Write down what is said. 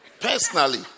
Personally